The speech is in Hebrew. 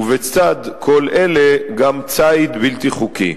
ובצד כל אלה גם ציד בלתי חוקי.